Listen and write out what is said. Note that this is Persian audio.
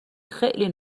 خیلی